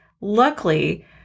Luckily